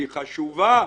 היא חשובה,